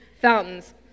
fountains